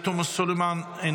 חברת הכנסת עאידה תומא סלימאן,